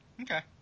Okay